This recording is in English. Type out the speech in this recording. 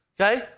okay